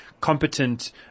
competent